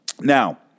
Now